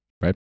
right